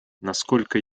насколько